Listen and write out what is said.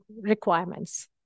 requirements